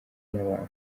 n’abantu